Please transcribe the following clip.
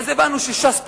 אז הבנו שש"ס פוחדת,